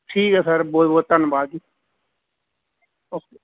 ਠੀਕ ਹੈ ਸਰ ਬਹੁਤ ਬਹੁਤ ਧੰਨਵਾਦ ਜੀ ਓਕੇ